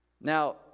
Now